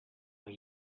what